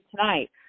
tonight